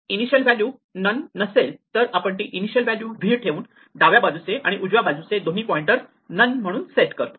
initial value null नसेल तर आपण ती इनिशियल व्हॅल्यू v ठेवून डाव्या बाजूचे आणि उजव्या बाजूचे दोन्ही पॉइंटर नन म्हणून सेट करतो